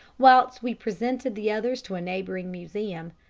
whilst we presented the others to a neighbouring museum.